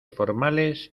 formales